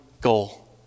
goal